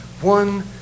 one